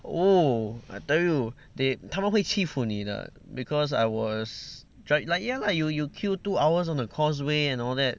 oh I tell you they 他们会欺负你的 because I was drive like ya lah you you kill two hours on the causeway and all that